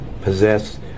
possess